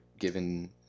given